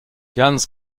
ganz